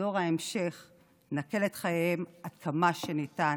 דור ההמשך נקל את חייהם עד כמה שניתן,